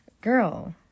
Girl